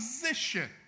position